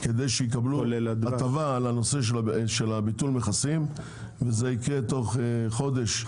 כדי שיקבלו הטבה על הנושא של ביטול הנכסים וזה יקרה בתוך חודש,